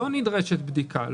לא נדרשת בדיקה,